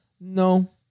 No